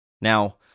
Now